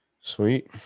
Sweet